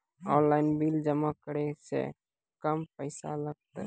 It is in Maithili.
ऑनलाइन बिल जमा करै से कम पैसा लागतै?